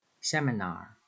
Seminar